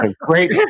Great